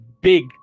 big